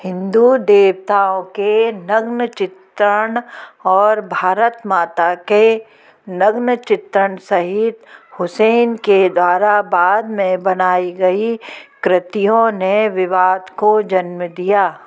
हिन्दू देवताओं के नग्न चित्रण और भारत माता के नग्न चित्रण सहित हुसैन के द्वारा बाद में बनाई गई कृतियों ने विवाद को जन्म दिया